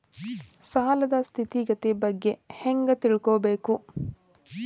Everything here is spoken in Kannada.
ಸಾಲದ್ ಸ್ಥಿತಿಗತಿ ಬಗ್ಗೆ ಹೆಂಗ್ ತಿಳ್ಕೊಬೇಕು?